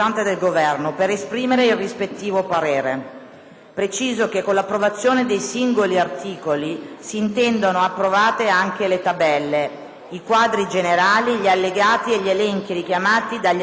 Preciso che con l'approvazione dei singoli articoli si intendono approvati anche le tabelle, i quadri generali, gli allegati e gli elenchi richiamati dagli articoli stessi e riportati nello stampato.